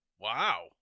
Wow